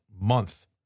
month